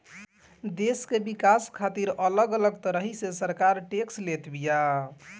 देस के विकास खातिर अलग अलग तरही से सरकार टेक्स लेत बिया